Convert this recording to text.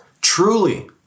truly